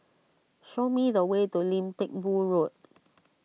show me the way to Lim Teck Boo Road